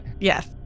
Yes